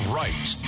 right